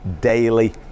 daily